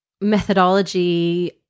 methodology